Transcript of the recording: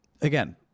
again